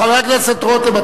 חבר הכנסת רותם,